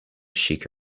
sikh